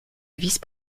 vice